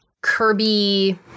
Kirby